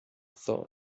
thought